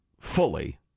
fully